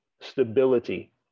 stability